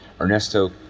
Ernesto